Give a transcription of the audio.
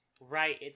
right